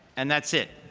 and that's it.